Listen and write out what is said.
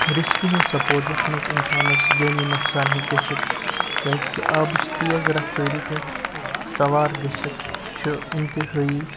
رِسکہِ ہِنٛز سَپوٹ یَتھ منٛز اِنسانَس جٲنی نۄقصان ہٮ۪کہِ گٔژھِتھ کیٛازکہِ آبٕچ تیز رَفتٲری پٮ۪ٹھ سَوار گٔژھِتھ چھُ اِنتِہٲیی